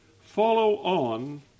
follow-on